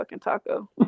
taco